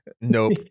Nope